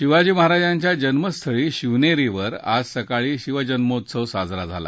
शिवाजी महाराजांच्या जन्मस्थळी शिवनेरीवर आज सकाळी शिवजन्मोत्सव साजरा झाला